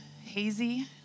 hazy